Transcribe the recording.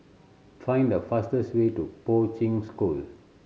find the fastest way to Poi Ching School